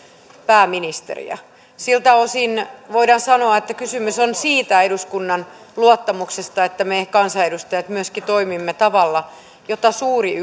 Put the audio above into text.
pääministeriä siltä osin voidaan sanoa että kysymys on siitä eduskunnan luottamuksesta että me kansanedustajat myöskin toimimme tavalla jota suuri